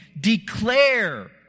Declare